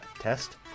test